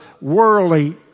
worldly